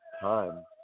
time